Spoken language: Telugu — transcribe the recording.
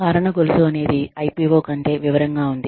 కారణ గొలుసు అనేది IPO కంటే వివరంగా ఉంది